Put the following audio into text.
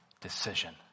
decision